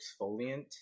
exfoliant